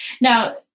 Now